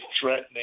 threatening